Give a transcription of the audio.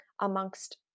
amongst